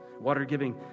Water-giving